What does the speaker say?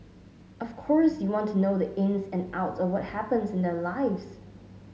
of course you want to know the ins and outs of what happens in their lives